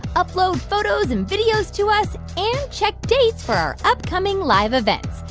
upload photos and videos to us and check dates for our upcoming live events.